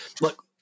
look